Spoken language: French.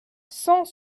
cent